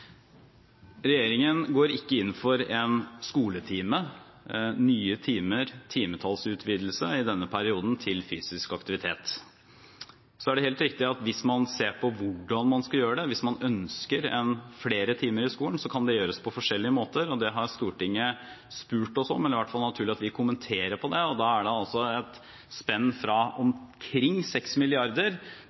Regjeringen går ikke inn for én skoletime, nye timer, timetallsutvidelse i denne perioden til fysisk aktivitet. Så er det helt riktig at hvis man ser på hvordan man skal gjøre det hvis man ønsker flere timer i skolen, så kan det gjøres på forskjellige måter. Det har Stortinget spurt oss om, eller det er i hvert fall naturlig at vi kommenterer på det, og det er altså et spenn fra omkring